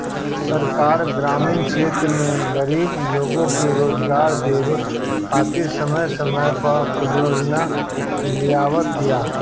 सरकार ग्रामीण क्षेत्र में गरीब लोग के रोजगार देवे खातिर समय समय पअ परियोजना लियावत बिया